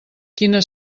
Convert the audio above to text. quina